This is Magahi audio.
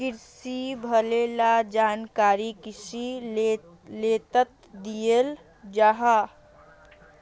क्रिशिर भले ला जानकारी कृषि मेलात दियाल जाहा